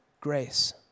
grace